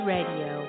Radio